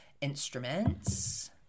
instruments